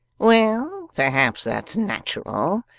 well, perhaps that's natural.